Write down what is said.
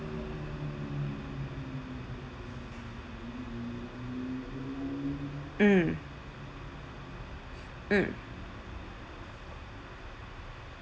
mm mm